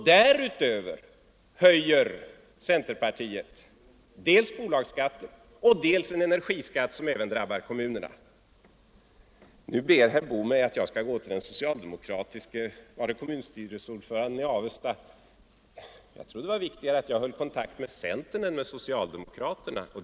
Därutöver vill centern dels höja bolagsskatten, dels införa en energiskatt som även drabbar kommunerna. Nu ber herr Boo mig att jag skall gå in till den socialdemokratiska kommunstyrelsens ordförande i Avesta. Jag trodde att det var viktigare att jag höll kontakt med centern än med socialdemokraterna.